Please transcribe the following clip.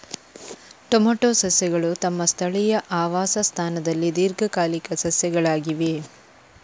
tomato ಸಸ್ಯಗಳು ತಮ್ಮ ಸ್ಥಳೀಯ ಆವಾಸ ಸ್ಥಾನದಲ್ಲಿ ದೀರ್ಘಕಾಲಿಕ ಸಸ್ಯಗಳಾಗಿವೆ